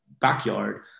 backyard